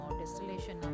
distillation